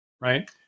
right